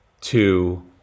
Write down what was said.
two